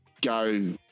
go